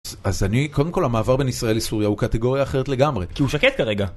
אז אני, קודם כל המעבר בין ישראל לסוריה הוא קטגוריה אחרת לגמרי. כי הוא שקט כרגע.